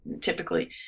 typically